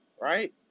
right